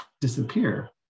disappear